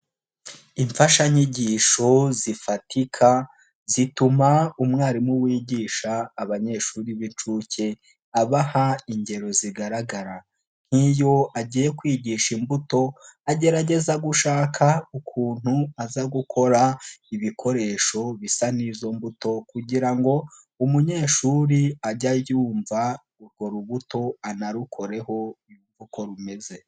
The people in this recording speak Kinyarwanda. Imfashanyigisho zifatika zituma umwarimu wigisha abanyeshuri b'inshuke abaha ingero zigaragara nk'iyo agiye kwigisha imbuto, agerageza gushaka ukuntu aza gukora ibikoresho bisa n'izo mbuto kugira ngo umunyeshuri ajye yumva urwo rubuto anarukoreho yumve uko rumeze.